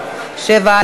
7,